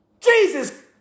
Jesus